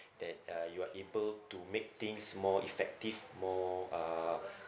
that uh you are able to make things more effective more uh